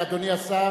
אדוני השר,